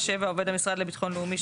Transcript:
(7)עובד המשרד לביטחון לאומי,